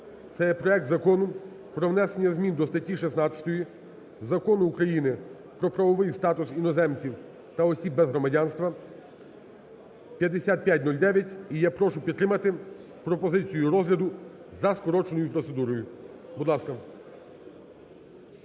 це проект Закону про внесення змін до статті 16 Закону України "Про правовий статус іноземців та осіб без громадянства" (5509). І я прошу підтримати пропозицію розгляду за скороченою процедурою. Будь ласка.